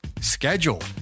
schedule